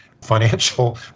financial